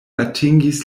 atingis